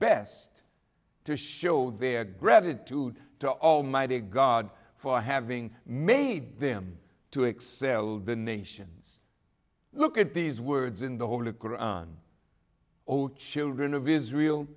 best to show their gratitude to almighty god for having made them to excel the nations look at these words in the holy koran oh children of israel